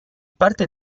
parte